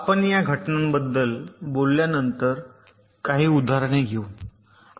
आपण या घटनांबद्दल बोलल्यानंतर नंतर काही उदाहरणे घेऊ